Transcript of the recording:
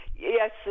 Yes